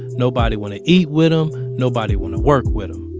nobody want to eat with them. nobody want to work with them.